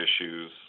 issues